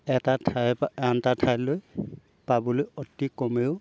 এটা ঠাইৰ পৰা আন এটা ঠাইলৈ পাবলৈ অতি কমেও